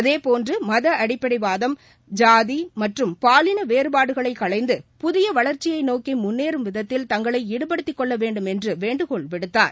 அதே போன்று மத அடிப்படை வாதம் சாதி மற்றும் பாலின வேறுபாடுகளை களைந்து புதிய வளர்ச்சியை நோக்கி முன்னேறும் விதத்தில் தங்களை ஈடுபடுத்திக்கொள்ள வேண்டும் என்று வேண்டுகோள் விடுத்தார்